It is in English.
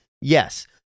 Yes